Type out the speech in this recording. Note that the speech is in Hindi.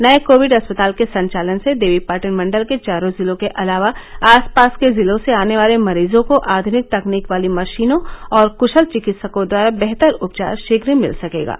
नये कोविड अस्पताल के संचालन से देवीपाटन मण्डल के चारो जिलों के अलावा आसपास के जिलों से आने वाले मरीजों को आध्निक तकनीक वाली मशीनों और क्शल चिकित्सकों द्वारा बेहतर उपचार शीघ्र मिल सके गा